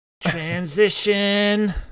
Transition